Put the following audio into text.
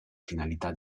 finalità